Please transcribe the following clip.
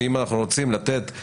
אבל שם -- שם זה נראה לכם תכלית ראויה,